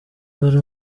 wari